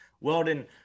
Weldon